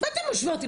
מה אתה משווה אותי,